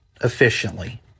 efficiently